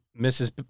Mrs